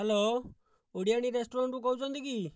hello Odiani ରେଷ୍ଟରାଣ୍ଟରୁ କହୁଛନ୍ତି କି